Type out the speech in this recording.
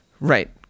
Right